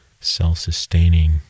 self-sustaining